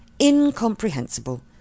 incomprehensible